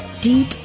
deep